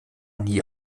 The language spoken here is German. nie